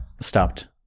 stopped